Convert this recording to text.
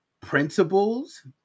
principles